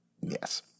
Yes